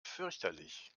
fürchterlich